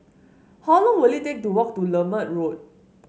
how long will it take to walk to Lermit Road